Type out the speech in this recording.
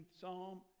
Psalm